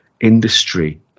industry